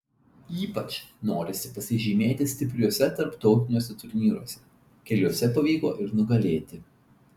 ypač norisi pasižymėti stipriuose tarptautiniuose turnyruose keliuose pavyko ir nugalėti